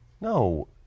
no